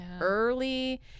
early